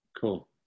Cool